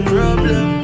Problem